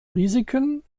risiken